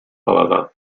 paladar